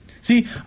See